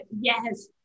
yes